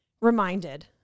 reminded